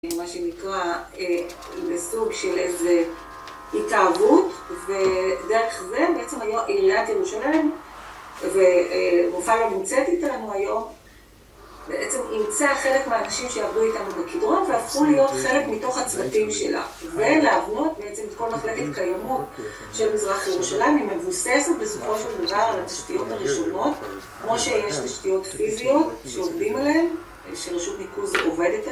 מה שנקרא בסוג של איזו התאהבות ודרך זה בעצם היום עיריית ירושלים ונופר נמצאת איתנו היום בעצם אמצה חלק מהאנשים שעבדו איתנו בקדרון והפכו להיות חלק מתוך הצוותים שלה ולהבנות בעצם את כל מחלקת קיימות של מזרח ירושלים היא מבוססת בסופו של דבר על התשתיות הראשונות כמו שיש תשתיות פיזיות שעובדים עליהן, שרשות ניקוז עובדת עליהן